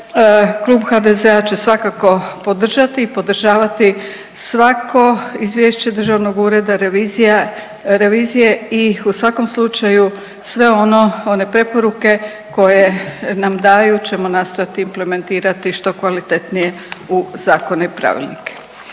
Klub HDZ-a će svakako podržati i podržavati svako izvješće Državnog ureda revizije i u svakom slučaju, sve ono, one preporuke koje nam daju ćemo nastaviti implementirati što kvalitetnije u zakone i pravilnike.